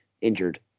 injured